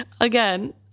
Again